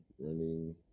running